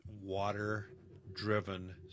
water-driven